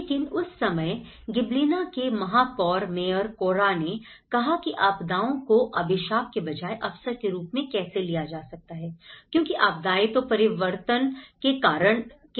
लेकिन उस समय गिबेलिना के महापौर मेयर कोरा ने कहा कि आपदाओं को अभिशाप के बजाए अवसर के रूप में कैसे लिया जा सकता है क्योंकि आपदाएं तो परिवर्तन के कारक हैं